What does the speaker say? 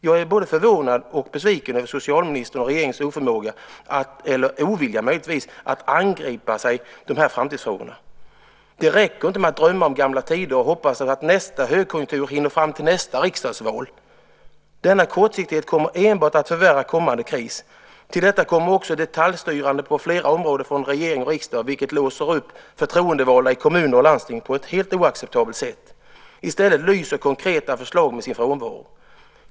Jag är både förvånad och besviken över socialministerns och regeringens oförmåga eller möjligtvis ovilja att gripa sig an de här framtidsfrågorna. Det räcker inte att drömma om gamla tider och hoppas på att nästa högkonjunktur hinner fram före nästa riksdagsval. Denna kortsiktighet kommer enbart att förvärra kommande kris. Till detta kommer också detaljstyrning på flera områden från regering och riksdag, något som låser upp förtroendevalda i kommuner och landsting på ett helt oacceptabelt sätt, medan konkreta förslag lyser med sin frånvaro.